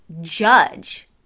judge